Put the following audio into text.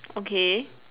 okay